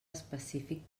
específic